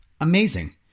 Amazing